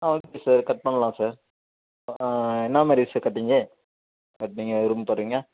ஆ okay sir cut பண்ணலாம் sir என்ன மாதிரி சார் கட்டிங்கு கட் நீங்கள் விருப்பப்படுறீங்க